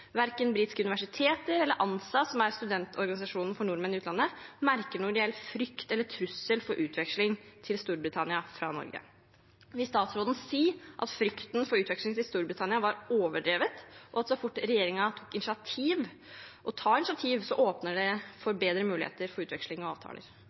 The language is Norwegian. Verken britiske universiteter eller ANSA, som er organisasjonen for norske studenter i utlandet, merker noen reell frykt eller trussel for utveksling til Storbritannia fra Norge. Vil statsråden si at frykten for utveksling til Storbritannia var overdrevet, og at så fort regjeringen tar initiativ, åpner det for bedre muligheter for utveksling og avtaler? Når vi snakker om utveksling, er det